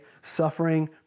Suffering